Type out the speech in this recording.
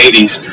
80s